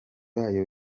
bayo